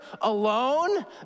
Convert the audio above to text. alone